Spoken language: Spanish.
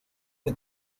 que